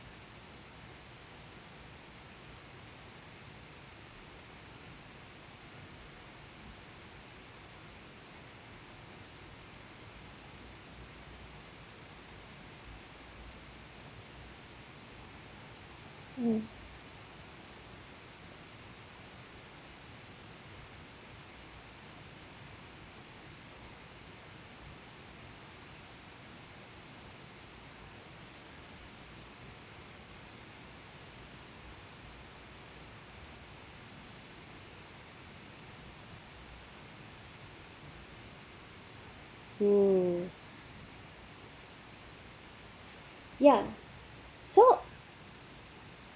mm mm ya so